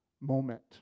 moment